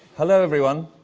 hello, everyone.